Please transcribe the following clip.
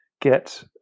get